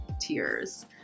tears